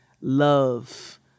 love